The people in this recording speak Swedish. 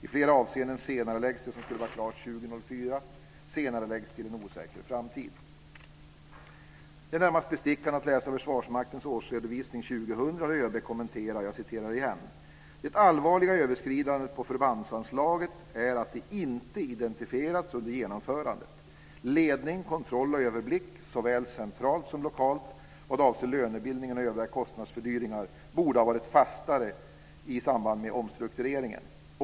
I flera avseenden senareläggs det som skulle vara klart 2004 - senareläggs till en osäker framtid! Det är närmast bestickande att läsa Försvarsmaktens årsredovisning 2000, där ÖB kommenterar: "Det allvarliga i överskridandet på förbandsanslaget är att det inte identifierats under genomförandet. Ledning, kontroll och överblick, såväl centralt som lokalt, vad avser lönebildningen och övriga kostnadsfördyringar, borde ha varit fastare i samband med omstruktureringen.